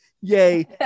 yay